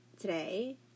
today